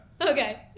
okay